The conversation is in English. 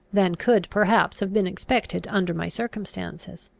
than could perhaps have been expected under my circumstances.